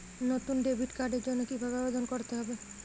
নতুন ডেবিট কার্ডের জন্য কীভাবে আবেদন করতে হবে?